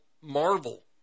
marvel